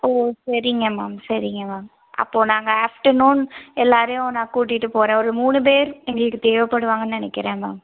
ஓ சரிங்க மேம் சரிங்க மேம் அப்போது நாங்கள் ஆஃப்டர்நூன் எல்லோரையும் நான் கூட்டிட்டு போகிறேன் ஒரு மூணு பேர் எங்களுக்கு தேவைப்படுவாங்கன்னு நினைக்குறேன் மேம்